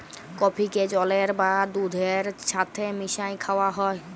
কফিকে জলের বা দুহুদের ছাথে মিশাঁয় খাউয়া হ্যয়